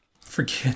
Forget